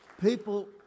People